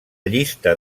llista